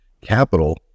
capital